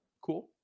cool